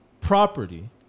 property